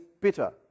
bitter